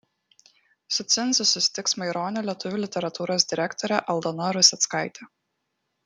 su cinzu susitiks maironio lietuvių literatūros direktorė aldona ruseckaitė